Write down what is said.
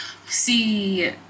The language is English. See